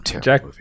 Jack